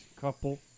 couple